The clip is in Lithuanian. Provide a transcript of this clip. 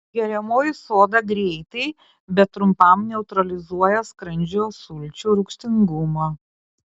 geriamoji soda greitai bet trumpam neutralizuoja skrandžio sulčių rūgštingumą